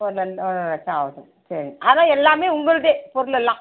ஒரு ரெண்டு ஆ லட்சம் ஆகுது சரி ஆனால் எல்லாமே உங்களது பொருளெல்லாம்